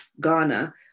Ghana